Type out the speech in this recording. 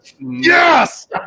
Yes